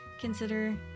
consider